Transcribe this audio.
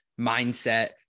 mindset